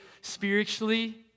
spiritually